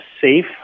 safe